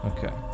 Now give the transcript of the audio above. Okay